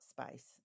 space